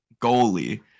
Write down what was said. goalie